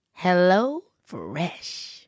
HelloFresh